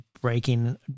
breaking